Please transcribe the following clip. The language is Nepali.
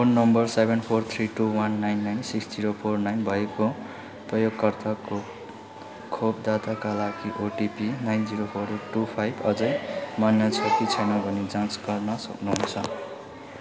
phone number seven four three two one nine nine six zero four nine भएको प्रयोगकर्ताको खोप दर्ताका लागि OTP nine zero four eight two five अझै मान्य छ कि छैन भनी जाँच गर्न सक्नुहुन्छ